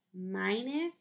minus